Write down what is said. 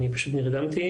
אני פשוט נרדמתי,